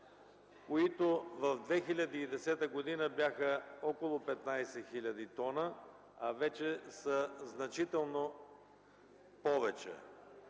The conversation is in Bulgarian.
които в 2010 г. бяха около 15 хил. тона, а вече са значително повече.